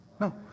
No